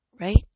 right